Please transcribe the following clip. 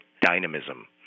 dynamism